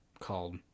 called